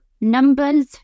numbers